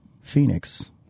Phoenix